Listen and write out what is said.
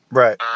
right